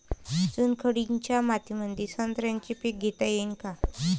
चुनखडीच्या मातीमंदी संत्र्याचे पीक घेता येईन का?